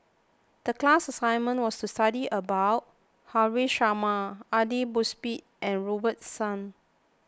the class assignment was to study about Haresh Sharma Aidli Mosbit and Robert Soon